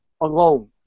alone